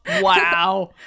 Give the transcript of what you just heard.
Wow